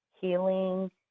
healing